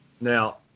Now